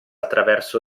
attraverso